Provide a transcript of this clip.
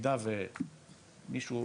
במידה ומישהו,